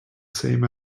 same